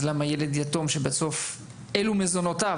אז למה ילד יתום שבסוף אלו מזונותיו,